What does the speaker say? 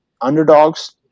underdogs